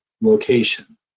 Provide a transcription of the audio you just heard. location